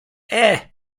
eee